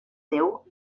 seu